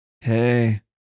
Hey